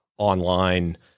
online